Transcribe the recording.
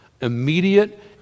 immediate